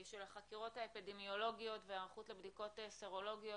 של החקירות האפידמיולוגיות וההיערכות לבדיקות סרולוגיות.